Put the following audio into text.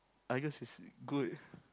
Argus is good